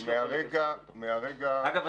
אגב,